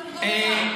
אפילו לא קצת.